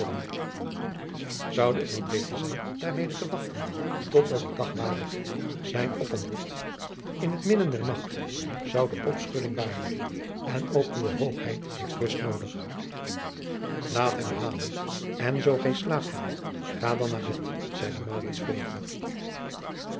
zoude het niet beter zijn daarmede te wachten tot dat het dag ware zijn opontbod in het midden der nacht zoude opschudding baren en ook uwe hoogheid heeft rust noodig laat hem halen en zoo gij slaap hebt ga dan naar bed zeide